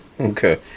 Okay